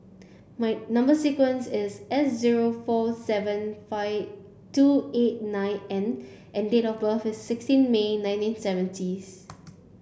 my number sequence is S zero four seven five two eight nine N and date of birth is sixteen May nineteen seventieth